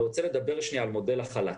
אני רוצה לדבר לרגע על מודל החל"ת,